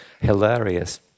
hilarious